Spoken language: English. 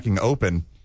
open